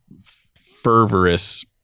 fervorous